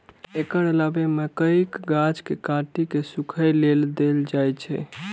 एकर अलावे मकइक गाछ कें काटि कें सूखय लेल दए देल जाइ छै